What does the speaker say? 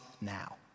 now